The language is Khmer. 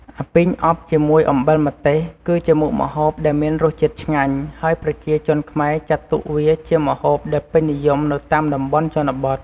អាពីងអប់ជាមួយអំបិលម្ទេស គឺជាមុខម្ហូបដែលមានរសជាតិឆ្ងាញ់ ហើយប្រជាជនខ្មែរចាត់ទុកវាជាម្ហូបដែលពេញនិយមនៅតាមតំបន់ជនបទ។